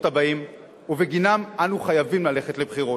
הבאים ובגינם אנו חייבים ללכת לבחירות,